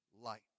light